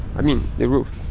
i mean, the roof.